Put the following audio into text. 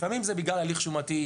לפעמים זה בגלל הליך שומתי,